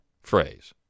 phrase